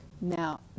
Now